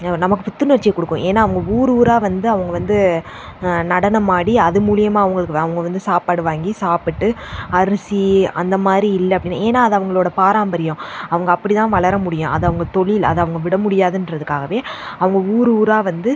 நமக்கு புத்துணர்ச்சியை கொடுக்கும் ஏன்னா அவங்க ஊர் ஊராக வந்து அவங்க வந்து நடனமாடி அது மூலிமாக அவங்களுக்கு அவங்க வந்து சாப்பாடு வாங்கி சாப்பிட்டு அரிசி அந்த மாதிரி இல்லை அப்படின்னா ஏன்னா அது அவங்களோட பாரம்பரியம் அவங்க அப்படி தான் வளர முடியும் அது அவங்க தொழில் அது அவங்க விடமுடியாதுன்னுறதுக்காகவே அவங்க ஊர் ஊராக வந்து